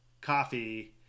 coffee